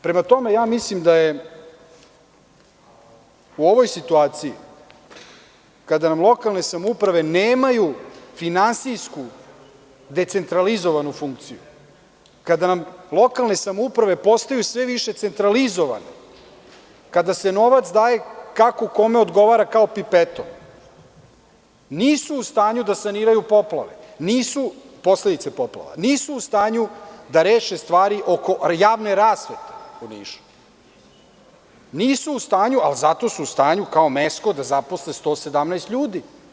Prema tome, mislim da u ovoj situaciji, kada nam lokalne samouprave nemaju finansijsku decentralizovanu funkciju, kada nam lokalne samouprave postaju sve više centralizovane, kada se novac daje kako kome odgovara, kao pipetom, nisu u stanju da saniraju posledice od poplava, nisu u stanju da reše stvari oko javne rasvete u Nišu, ali su u stanju kao Mesko da zaposle 117 ljudi.